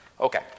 Okay